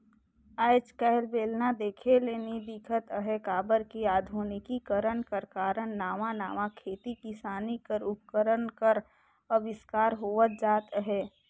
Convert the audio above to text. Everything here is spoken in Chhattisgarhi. आएज काएल बेलना देखे ले नी दिखत अहे काबर कि अधुनिकीकरन कर कारन नावा नावा खेती किसानी कर उपकरन कर अबिस्कार होवत जात अहे